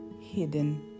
Hidden